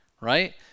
right